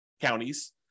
counties